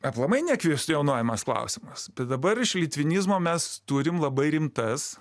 aplamai nekvestionuojamas klausimas tai dabar iš litvinizmo mes turim labai rimtas